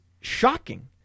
shocking